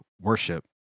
worship